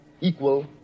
equal